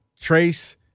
Trace